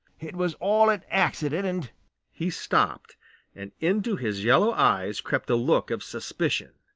it was all an accident and he stopped and into his yellow eyes crept a look of suspicion.